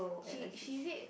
she she is it